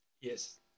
Yes